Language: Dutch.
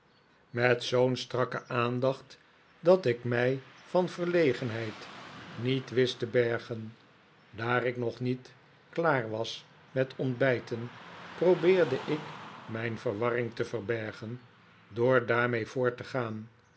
onzekerheid zoo'n strakke aandacht dat ik mij van verlegenheid niet wist te bergen daar ik nog niet klaar was met ontbijten probeerde ik mijn verwarring te verbergen door daarmee voort te gaan